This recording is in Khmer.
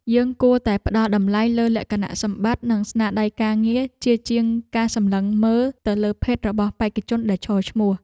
យើងគួរតែផ្តល់តម្លៃលើលក្ខណៈសម្បត្តិ និងស្នាដៃការងារជាជាងការសម្លឹងមើលទៅលើភេទរបស់បេក្ខជនដែលឈរឈ្មោះ។